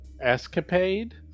escapade